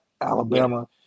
alabama